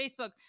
Facebook